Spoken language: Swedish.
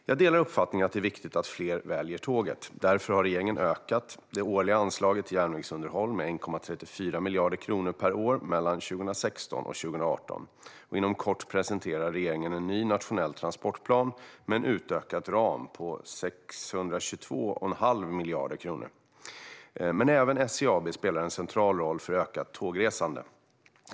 Jag delar uppfattningen att det är viktigt att fler väljer tåget. Därför har regeringen ökat det årliga anslaget till järnvägsunderhåll med 1,34 miljarder kronor per år 2016-2018, och inom kort presenterar regeringen en ny nationell transportplan med en utökad ram på 622,5 miljarder kronor. Men även SJ AB spelar en central roll för ökat tågresande.